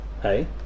Hey